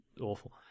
awful